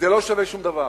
זה לא שווה שום דבר.